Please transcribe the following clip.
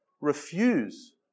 refuse